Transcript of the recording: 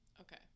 Okay